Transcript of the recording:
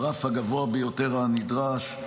ברף הגבוה ביותר הנדרש,